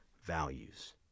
values